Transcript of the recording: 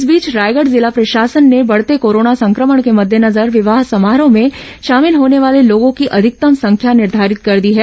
इस बीच रायगढ़ जिला प्रशासन ने बढ़ते कोरोना संक्रमण के मद्देनजर विवाह समारोह में शामिल होने वाले लोगों की अधिकतम संख्या निर्घारित कर दी है